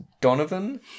Donovan